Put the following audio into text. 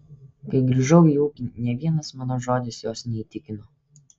kai grįžau į ūkį nė vienas mano žodis jos neįtikino